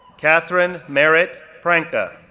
katherine merritt pranka,